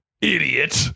Idiot